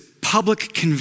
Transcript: public